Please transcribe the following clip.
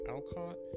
Alcott